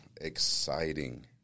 exciting